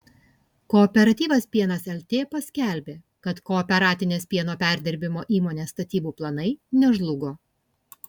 kooperatyvas pienas lt paskelbė kad kooperatinės pieno perdirbimo įmonės statybų planai nežlugo